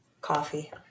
Coffee